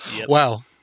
Wow